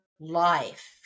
life